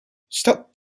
stop